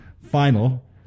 final